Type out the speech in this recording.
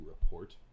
report